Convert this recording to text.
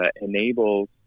enables